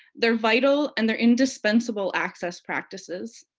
they're vital and they're indispensable access practices.